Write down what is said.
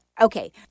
Okay